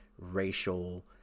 racial